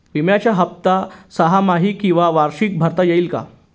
विम्याचा हफ्ता सहामाही किंवा वार्षिक भरता येईल का?